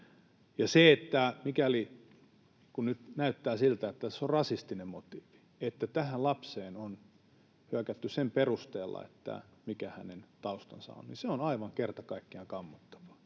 ja niin pitää olla. Ja kun nyt näyttää siltä, että tässä on rasistinen motiivi, että tämän lapsen kimppuun on hyökätty sen perusteella, mikä hänen taustansa on, niin se on aivan kerta kaikkiaan kammottavaa.